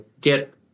get